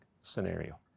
scenario